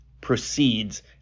proceeds